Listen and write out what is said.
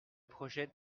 projet